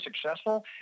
successful